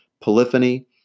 polyphony